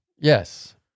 Yes